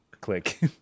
Click